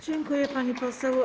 Dziękuję, pani poseł.